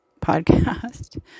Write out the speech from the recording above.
podcast